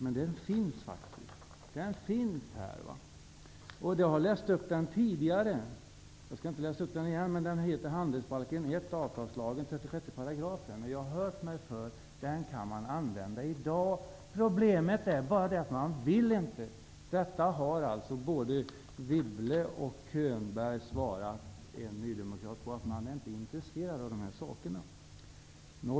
Men det finns en sådan. Jag har citerat den tidigare, och jag skall inte göra det igen. Det gäller avtalslagen 36 § i handelsbalken 1. Jag har tagit reda på att detta lagrum kan användas redan i dag. Problemet är bara att man inte vill göra det. Både Wibble och Könberg har svarat en nydemokrat att man inte är intresserad av detta.